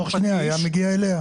תוך שנייה היה מגיע אליה.